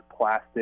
plastic